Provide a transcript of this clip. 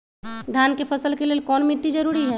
धान के फसल के लेल कौन मिट्टी जरूरी है?